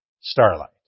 Starlight